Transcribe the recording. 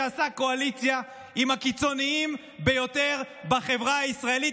שעשה קואליציה עם הקיצוניים ביותר בחברה הישראלית,